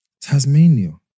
Tasmania